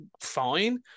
fine